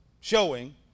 showing